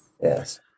Yes